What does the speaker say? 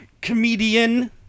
comedian